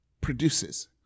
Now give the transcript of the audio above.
produces